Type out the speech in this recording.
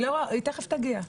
היא תכף תגיע.